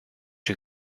you